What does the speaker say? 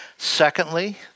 Secondly